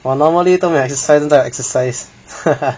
我 normally 都没有 exercise 现在有 exercise